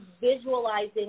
visualizing